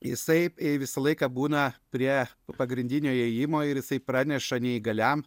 jisai jei visą laiką būna prie pagrindinio įėjimo ir jisai praneša neįgaliam